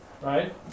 right